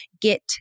get